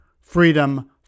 freedom